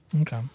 Okay